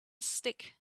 stick